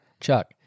Chuck